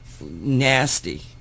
nasty